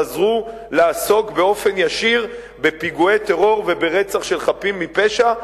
חזרו לעסוק באופן ישיר בפיגועי טרור וברצח של חפים מפשע,